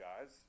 guys